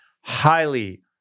highly